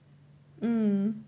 mm